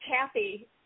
Kathy